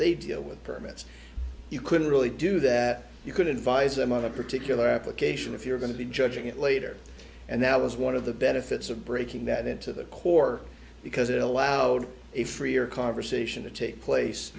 they deal with permits you couldn't really do that you could advise them on a particular application if you're going to be judging it later and that was one of the benefits of breaking that into the core because it allowed a freer conversation to take place